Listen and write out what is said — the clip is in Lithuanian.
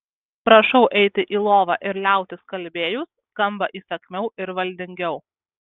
prašau eiti į lovą ir liautis kalbėjus skamba įsakmiau ir valdingiau